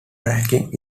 ranking